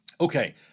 okay